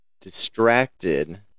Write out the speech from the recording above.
distracted